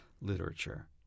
literature